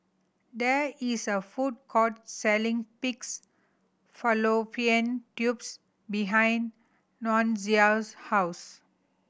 there is a food court selling pig's fallopian tubes behind Nunzio's house